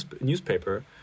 newspaper